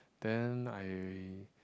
then I